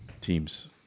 teams